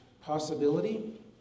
possibility